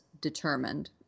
determined